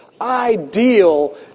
ideal